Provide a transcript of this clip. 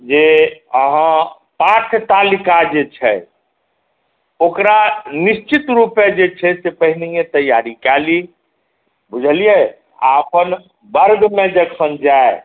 जे अहाँ पाठतालिका जे छै ओकरा निश्चित रुपे जे छै से पहिनहिये तैयारी कय ली बुझलियै आ अपन वर्गमे जखन जाइ